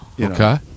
Okay